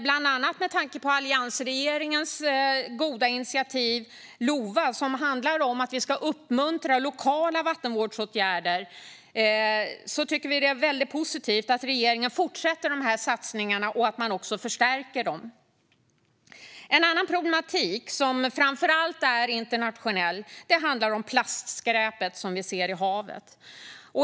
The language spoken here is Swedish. Bland annat med tanke på alliansregeringens goda initiativ LOVA, som handlar om att vi ska uppmuntra lokala vattenvårdsåtgärder, är det väldigt positivt att regeringen fortsätter de satsningarna och också förstärker dem. En annan problematik som framför allt är internationell handlar om plastskräpet som vi ser i havet.